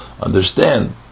understand